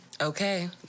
Okay